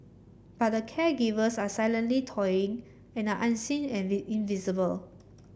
but the caregivers are silently toiling and are unseen and invisible